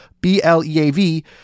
b-l-e-a-v